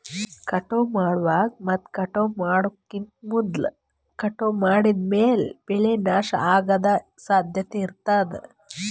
ಕಟಾವ್ ಮಾಡುವಾಗ್ ಮತ್ ಕಟಾವ್ ಮಾಡೋಕಿಂತ್ ಮೊದ್ಲ ಕಟಾವ್ ಮಾಡಿದ್ಮ್ಯಾಲ್ ಬೆಳೆ ನಾಶ ಅಗದ್ ಸಾಧ್ಯತೆ ಇರತಾದ್